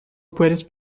puedes